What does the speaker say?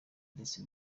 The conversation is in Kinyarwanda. ndetse